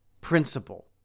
principle